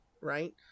right